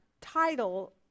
title